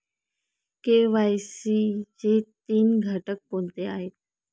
KYC चे तीन घटक कोणते आहेत?